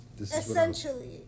essentially